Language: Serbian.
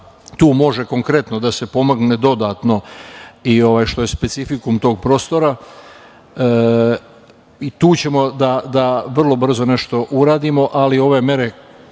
tu može konkretno da se pomogne dodatno, što je specifikum tog prostora. Tu ćemo da vrlo brzo nešto uradimo, ali ove mere,